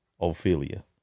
Ophelia